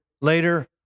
later